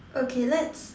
okay let's